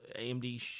AMD